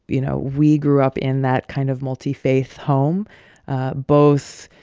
you know, we grew up in that kind of multi-faith home both,